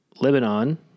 Lebanon